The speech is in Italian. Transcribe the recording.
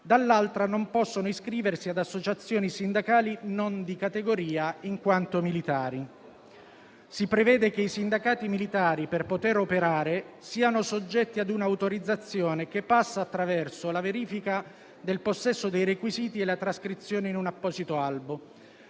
dall'altra, non possono iscriversi ad associazioni sindacali non di categoria, in quanto militari. Si prevede che i sindacati militari, per poter operare, siano soggetti ad un'autorizzazione che passa attraverso la verifica del possesso dei requisiti e la trascrizione in un apposito albo.